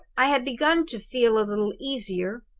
i had begun to feel a little easier,